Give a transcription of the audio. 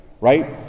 Right